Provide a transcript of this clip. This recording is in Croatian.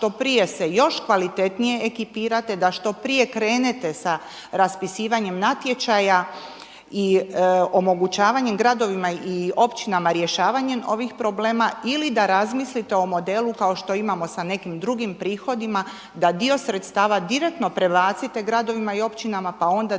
da što prije se još kvalitetnije ekipirate, da što prije krenete s raspisivanjem natječaja i omogućavanjem gradovima i općinama rješavanjem ovih problema ili da razmislite o modelu kao što imamo s nekim drugim prihodima, da dio sredstava direktno prebacite gradovima i općinama pa onda da mi to